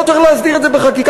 לא צריך להסדיר את זה בחקיקה.